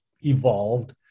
evolved